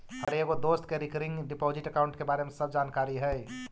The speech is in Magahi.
हमर एगो दोस्त के रिकरिंग डिपॉजिट अकाउंट के बारे में सब जानकारी हई